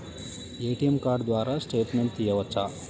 ATM card ద్వారా statement తీయవచ్చా?